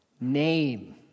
name